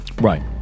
Right